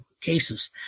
cases